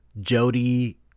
Jody